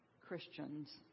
Christians